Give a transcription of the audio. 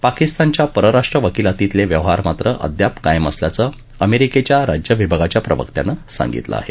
पाकिस्तानच्या परराष्ट्र वकिलातीतले व्यवहार मात्र अद्याप कायम असल्याचं अमेरिकेच्या राज्य विभागाच्या प्रवक्त्यानं सांगितलं आहे